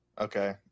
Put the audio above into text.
Okay